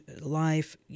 life